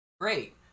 Great